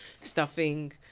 stuffing